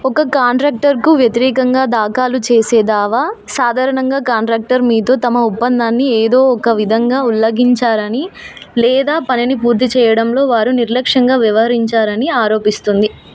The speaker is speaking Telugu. ఒక కాంట్రాక్టర్కు వ్యతిరేకంగా దాఖాలు చేసే దావా సాధారణంగా కాంట్రాక్టర్ మీతో తమ ఒప్పందాన్ని ఏదో ఒక విధంగా ఉల్లంఘించారని లేదా పనిని పూర్తి చేయడంలో వారు నిర్లక్ష్యంగా వ్యవహరించారని ఆరోపిస్తుంది